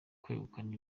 kwegukana